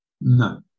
no